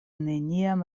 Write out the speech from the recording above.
neniam